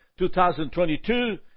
2022